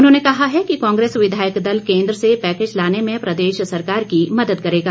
उन्होंने कहा है कि कांग्रेस विधायक दल केंद्र से पैकेज लाने में प्रदेश सरकार की मदद करेगा